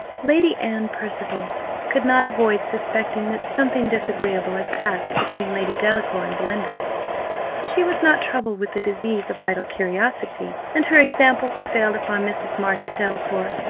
lady anne percival could not avoid suspecting that something disagreeable had passed between lady delacour and belinda but she was not troubled with the disease of idle curiosity, and her example prevailed upon mrs. margaret delacour,